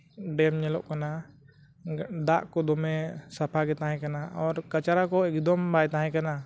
dam ᱧᱮᱞᱚᱜ ᱠᱟᱱᱟ ᱫᱟᱜ ᱠᱚ ᱫᱚᱢᱮ ᱥᱟᱯᱷᱟ ᱜᱮ ᱛᱟᱦᱮᱸ ᱠᱟᱱᱟ ᱚᱨ ᱠᱟᱪᱨᱟ ᱠᱚ ᱮᱠᱫᱚᱢ ᱵᱟᱭ ᱛᱟᱦᱮᱸ ᱠᱟᱱᱟ